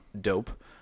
Dope